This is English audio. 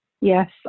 Yes